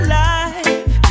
life